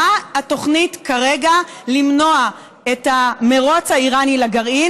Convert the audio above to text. מה התוכנית כרגע למנוע את המרוץ האיראני לגרעין